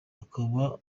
akaba